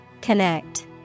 Connect